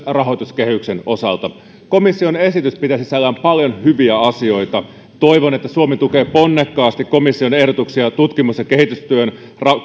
rahoituskehyksen osalta komission esitys pitää sisällään paljon hyviä asioita toivon että suomi tukee ponnekkaasti komission ehdotuksia tutkimus ja kehitystyön